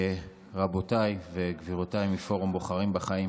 רבותיי וגבירותיי מפורום בוחרים בחיים,